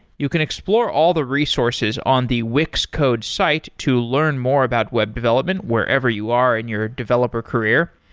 you can explore all the resources on the wix code's site to learn more about web development wherever you are in your developer career.